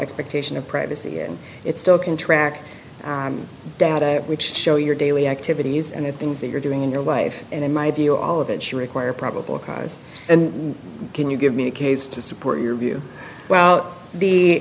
expectation of privacy and it still can track data which show your daily activities and the things that you're doing in your life and in my view all of it should require probable cause and can you give me a case to support your view well